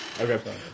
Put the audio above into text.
Okay